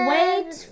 Wait